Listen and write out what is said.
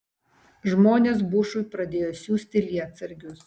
žmonės bushui pradėjo siųsti lietsargius